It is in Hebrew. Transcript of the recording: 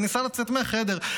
וניסה לצאת מהחדר.